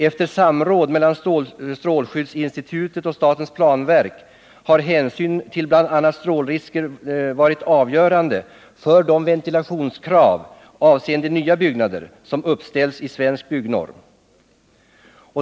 Efter samråd mellan strålskyddsinstitutet och statens planverk har hänsyn till bl.a. strålningsrisker varit avgörande för de ventilationskrav, avseende nya byggnader, som uppställts i Svensk byggnorm.